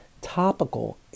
topical